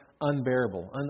unbearable